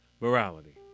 Morality